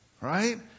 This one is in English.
Right